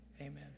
Amen